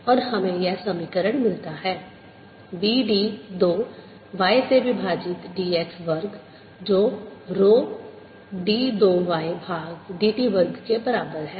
और हमें यह समीकरण मिलता है B d 2 y से विभाजित dx वर्ग जो रो d 2 y भाग dt वर्ग के बराबर है